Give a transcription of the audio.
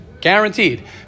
Guaranteed